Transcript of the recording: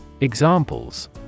Examples